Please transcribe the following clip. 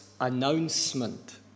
announcement